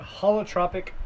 holotropic